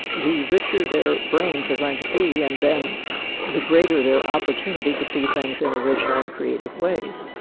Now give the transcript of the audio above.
the richer their brains are going to be and then the greater their opportunity to see things in original and creative ways.